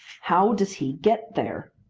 how does he get there?